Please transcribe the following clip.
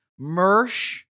Mersh